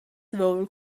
voul